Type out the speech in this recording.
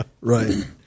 Right